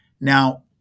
Now